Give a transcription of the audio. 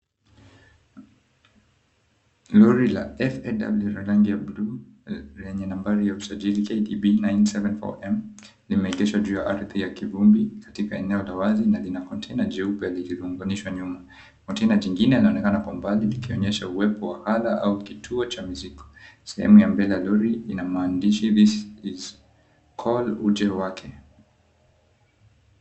Lori la F.A.W. lenye nambari ya usajili, KDB 974M limetishwa juu ya ardhi ya kivumbi katika eneo la wazi na lina kontena jeupe lililounganishwa nyuma. Kontena jingine linaonekana kwa mbali likionyesha uwepo wa hala au kituo cha mizigo. Sehemu ya mbele ya lori ina maandishi, This is call, Uje Wake.